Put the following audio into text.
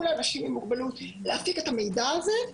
לאנשים עם מוגבלות להעתיק את המידע הזה,